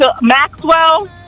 Maxwell